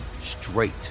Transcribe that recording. straight